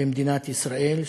במדינת ישראל,